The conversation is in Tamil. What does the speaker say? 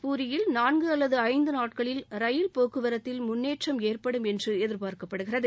பூரியில் இன்னும் நான்கு அல்லது ஐந்து நாட்களில் ரயில் போக்குவரத்தில் முன்னேற்றம் ஏற்படும் என்றும் எதிர்பார்க்கப்படுகிறது